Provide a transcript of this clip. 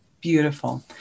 Beautiful